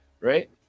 right